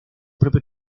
propio